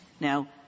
Now